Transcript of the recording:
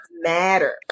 matter